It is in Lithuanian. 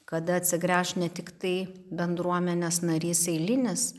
kada atsigręš ne tiktai bendruomenės narys eilinis